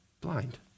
blind